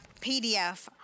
PDF